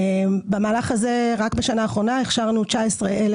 במהלך הזה רק בשנה האחרונה הכשרנו 19,000